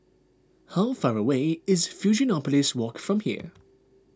how far away is Fusionopolis Walk from here